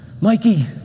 Mikey